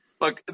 look